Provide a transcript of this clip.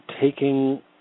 taking